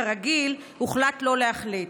כרגיל הוחלט לא להחליט.